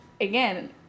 again